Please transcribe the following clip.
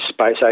space